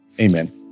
amen